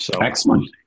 Excellent